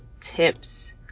tips